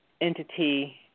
entity